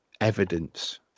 evidence